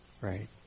Right